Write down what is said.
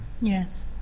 Yes